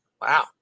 Wow